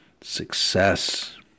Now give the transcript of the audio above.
success